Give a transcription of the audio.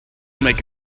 make